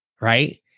right